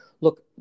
look